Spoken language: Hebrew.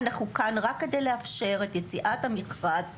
אנחנו כאן רק כדי לאפשר את יציאת המכרז לביטוח.